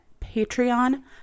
Patreon